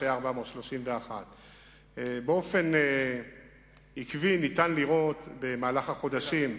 שאז היו 431. באופן עקבי ניתן לראות במהלך החודשים,